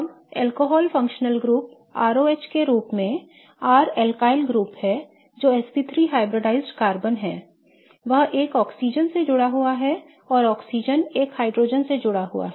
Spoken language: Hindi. अब alcohol functional group R O H के रूप में R alkyl ग्रुप है जो sp3 hybridized कार्बन है वह एक ऑक्सीजन से जुड़ा हुआ है और ऑक्सीजन एक हाइड्रोजन से जुड़ा हुआ है